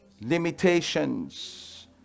limitations